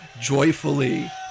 joyfully